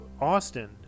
Austin